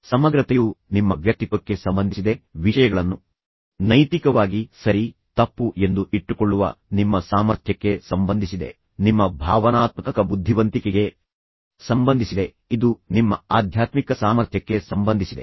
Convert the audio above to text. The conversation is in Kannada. ಸಮಗ್ರತೆಯು ನಿಮ್ಮ ವ್ಯಕ್ತಿತ್ವಕ್ಕೆ ಸಂಬಂಧಿಸಿದೆ ವಿಷಯಗಳನ್ನು ನೈತಿಕವಾಗಿ ಸರಿ ತಪ್ಪು ಎಂದು ಇಟ್ಟುಕೊಳ್ಳುವ ನಿಮ್ಮ ಸಾಮರ್ಥ್ಯಕ್ಕೆ ಸಂಬಂಧಿಸಿದೆ ನಿಮ್ಮ ಭಾವನಾತ್ಮಕ ಬುದ್ಧಿವಂತಿಕೆಗೆ ಸಂಬಂಧಿಸಿದೆ ಇದು ನಿಮ್ಮ ಆಧ್ಯಾತ್ಮಿಕ ಸಾಮರ್ಥ್ಯಕ್ಕೆ ಸಂಬಂಧಿಸಿದೆ